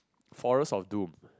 Forest of Doom